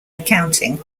accounting